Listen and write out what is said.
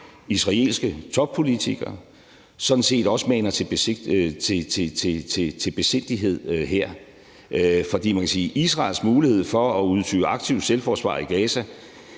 israelske toppolitikere sådan set også maner til besindighed her. For man kan sige, at Israels mulighed for at udøve aktivt selvforsvar i Gaza